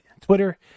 twitter